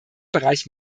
bereich